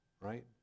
right